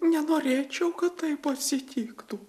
nenorėčiau kad taip atsitiktų